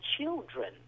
children